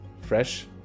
fresh